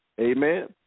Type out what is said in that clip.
amen